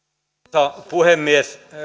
arvoisa puhemies